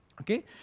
Okay